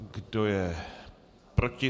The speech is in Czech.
Kdo je proti?